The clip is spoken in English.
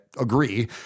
agree